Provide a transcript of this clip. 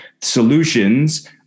Solutions